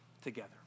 together